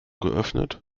geöffnet